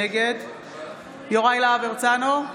נגד יוראי להב הרצנו,